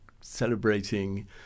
celebrating